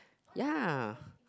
ya